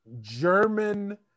German